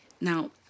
Now